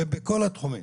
ובכל התחומים.